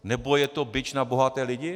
Nebo je to bič na bohaté lidi?